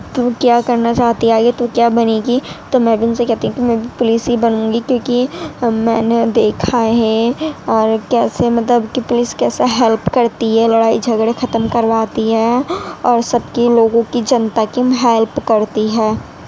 تو کیا کرنا چاہتی ہے آگے تو کیا بنے گی تو میں بھی ان سے کہتی ہوں کہ میں بھی پولس ہی بنوں گی کیوںکہ میں نے دیکھا ہے اور کیسے مطلب کہ پولس کیسا ہیلپ کرتی ہے لڑائی جھگڑے ختم کرواتی ہے اور سب کی لوگوں کی جنتا کی ہیلپ کرتی ہے